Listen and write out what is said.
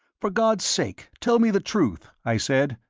for god's sake tell me the truth, i said.